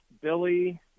Billy